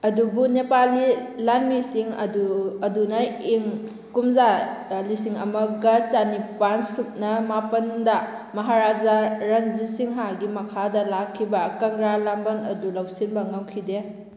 ꯑꯗꯨꯕꯨ ꯅꯦꯄꯥꯂꯤ ꯂꯥꯟꯃꯤꯁꯤꯡ ꯑꯗꯨꯅ ꯏꯪ ꯀꯨꯝꯖꯥ ꯂꯤꯁꯤꯡ ꯑꯃꯒ ꯆꯥꯅꯤꯄꯥꯜ ꯁꯨꯞꯅ ꯃꯥꯄꯜꯗ ꯃꯥꯍꯥꯔꯥꯖꯥ ꯔꯟꯖꯤꯠ ꯁꯤꯡꯍꯒꯤ ꯃꯈꯥꯗ ꯂꯥꯛꯈꯤꯕ ꯀꯪꯂꯥ ꯂꯥꯟꯕꯟ ꯑꯗꯨ ꯂꯧꯁꯤꯟꯕ ꯉꯝꯈꯤꯗꯦ